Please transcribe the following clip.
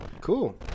cool